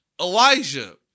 Elijah